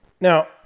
Now